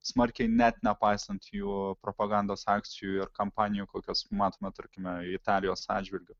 smarkiai net nepaisant jų propagandos akcijų ar kampanijų kokias matome tarkime italijos atžvilgiu